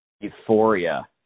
euphoria